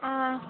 ஆ